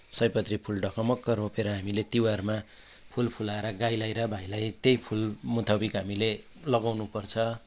सयपत्री फुल ढकमक्क रोपेर हामीले तिहारमा फुल फुलाएर गाईलाई र भाइलाई त्यही फुल मुताबिक हामीले लगाउनुपर्छ